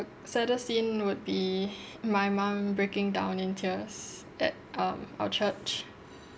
saddest scene would be my mum breaking down in tears at uh our church